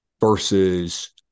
versus